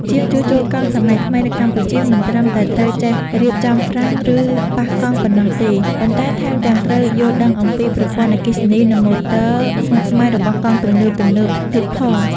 ជាងជួសជុលកង់សម័យថ្មីនៅកម្ពុជាមិនត្រឹមតែត្រូវចេះរៀបចំហ្វ្រាំង ឬប៉ះកង់ប៉ុណ្ណោះទេ ប៉ុន្តែថែមទាំងត្រូវយល់ដឹងអំពីប្រព័ន្ធអគ្គិសនី និងម៉ូទ័រស្មុគស្មាញរបស់កង់ទំនើបៗទៀតផង។